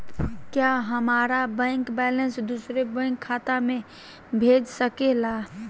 क्या हमारा bank balance दूसरे बैंक खाता में भेज सके ला?